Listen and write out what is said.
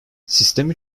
sistemi